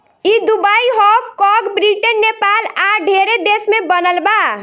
ई Dubai, Hong कॉग, Britain, Nepal आ ढेरे देश में बनल बा